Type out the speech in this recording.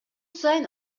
сайын